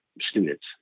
students